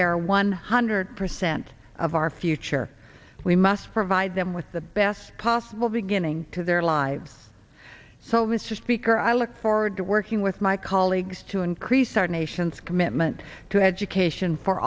are one hundred percent of our future we must provide them with the best possible beginning to their lives so mr speaker i look forward to working with my colleagues to increase our nation's commitment to education for